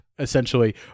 essentially